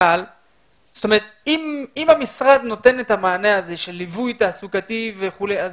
אם המשרד נותן את המענה הזה של ליווי תעסוקתי וכולי,